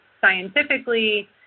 Scientifically